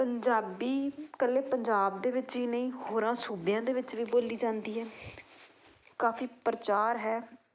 ਪੰਜਾਬੀ ਇਕੱਲੇ ਪੰਜਾਬ ਦੇ ਵਿੱਚ ਹੀ ਨਹੀਂ ਹੋਰਾਂ ਸੂਬਿਆਂ ਦੇ ਵਿੱਚ ਵੀ ਬੋਲੀ ਜਾਂਦੀ ਹੈ ਕਾਫੀ ਪ੍ਰਚਾਰ ਹੈ